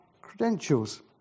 credentials